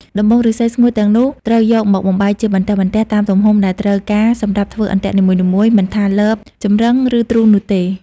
ដំបូង ឫស្សីស្ងួតទាំងនោះត្រូវយកមកបំបែកជាបន្ទះៗតាមទំហំដែលត្រូវការសម្រាប់ធ្វើអន្ទាក់នីមួយៗ មិនថាលប ចម្រឹង ឬទ្រូនោះទេ។